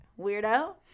weirdo